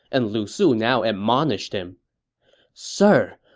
and lu su now admonished him sir,